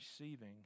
receiving